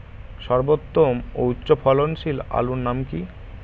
সর্বোত্তম ও উচ্চ ফলনশীল আলুর নাম কি?